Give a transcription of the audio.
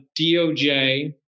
DOJ